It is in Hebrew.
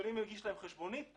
בלי להגיש להם חשבונית.